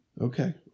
Okay